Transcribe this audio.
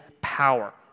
power